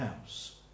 house